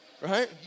right